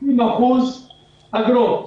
70% מן האגרות.